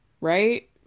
Right